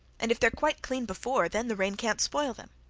and if they're quite clean before, then the rain can't spoil them